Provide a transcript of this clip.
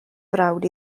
frawd